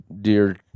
dear